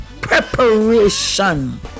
preparation